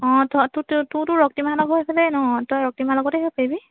অঁ থ তো তো তোৰ ৰক্তিমাহঁতৰ ঘৰৰ সেইফালেই ন তই ৰক্তিমাৰ লগতে আহিব পাৰিবি